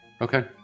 okay